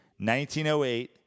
1908